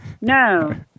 No